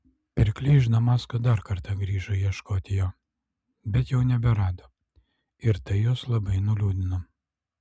pirkliai iš damasko dar kartą grįžo ieškoti jo bet jau neberado ir tai juos labai nuliūdino